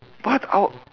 but I'll